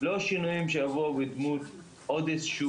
לא שינויים שיבואו בדמות עוד איזה שהוא